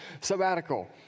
sabbatical